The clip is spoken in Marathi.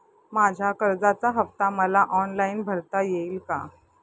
माझ्या कर्जाचा हफ्ता मला ऑनलाईन भरता येईल का?